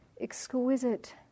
exquisite